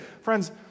Friends